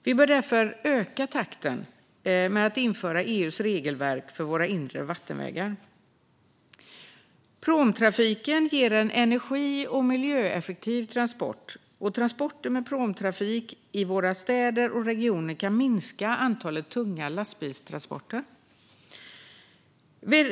Vi bör därför öka takten i att införa EU:s regelverk för våra inre vattenvägar. Pråmtrafiken ger energi och miljöeffektiva transporter, och transporter med pråmtrafik i våra städer och regioner kan minska antalet tunga lastbilstransporter.